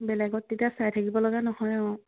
বেলেগত তেতিয়া চাই থাকিব লগা নহয় আৰু